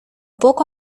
poco